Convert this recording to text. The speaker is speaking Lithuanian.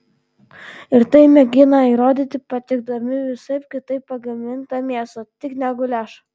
ir tai mėgina įrodyti patiekdami visaip kitaip pagamintą mėsą tik ne guliašą